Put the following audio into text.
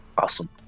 Awesome